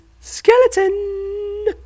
skeleton